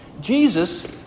Jesus